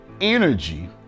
energy